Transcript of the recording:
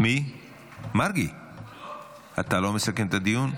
אתה לא מסכם את הדיון?